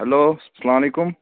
hello سلام علیکُم